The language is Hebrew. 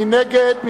מי נגד?